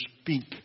speak